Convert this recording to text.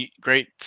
great